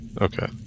Okay